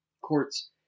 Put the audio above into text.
courts